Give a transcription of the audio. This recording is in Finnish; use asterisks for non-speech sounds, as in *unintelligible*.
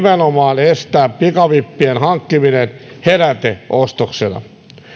*unintelligible* nimenomaan estää pikavippien hankkiminen heräteostoksena